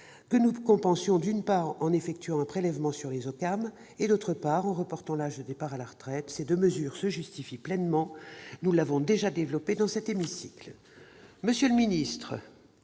que nous compensions, d'une part, en effectuant un prélèvement sur les OCAM et, d'autre part, en reportant l'âge de départ à la retraite. Ces deux mesures se justifient pleinement, et nous avons déjà dit pourquoi dans cet hémicycle. Monsieur le secrétaire